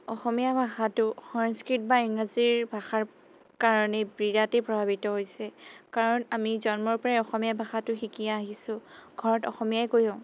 অসমীয়া ভাষাটো সংস্কৃত বা ইংৰাজী ভাষাৰ কাৰণেই বিৰাটেই প্ৰভাৱিত হৈছে কাৰণ আমি জন্মৰ পৰাই অসমীয়া ভাষাটো শিকি আহিছোঁ ঘৰত অসমীয়াই কওঁ